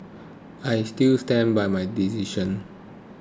I still stand by my decision